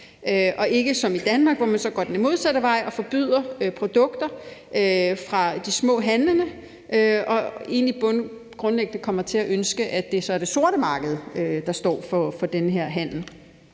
er ikke ligesom i Danmark, hvor man så går den modsatte vej og forbyder produkter fra de små handlende og man egentlig grundlæggende kommer til at ønske, at det så er det sorte marked, der står for den her handel.